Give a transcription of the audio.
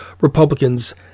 Republicans